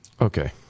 okay